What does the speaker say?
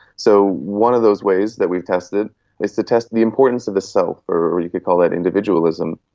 so one of those ways that we tested is to test the importance of the self or you could call that individualism.